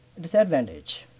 disadvantage